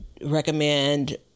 recommend